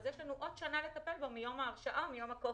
יש לנו עוד שנה לטפל בו מיום ההרשעה או מיום הכופר.